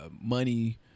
money